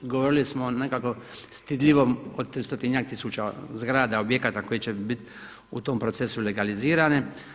Govorili smo nekako stidljivo o 300-tinjak tisuća zgrada, objekata koji će biti u tom procesu legalizirane.